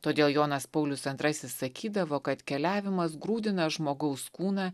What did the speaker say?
todėl jonas paulius antrasis sakydavo kad keliavimas grūdina žmogaus kūną